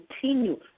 continue